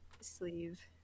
sleeve